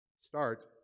Start